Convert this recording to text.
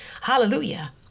Hallelujah